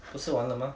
不是完了吗